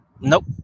Nope